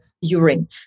urine